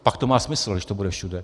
Pak to má smysl, když to bude všude.